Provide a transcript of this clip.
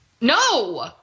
No